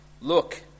Look